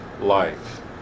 life